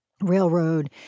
railroad